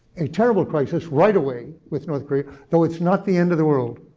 a terrible crisis right away with north korea, though it's not the end of the world.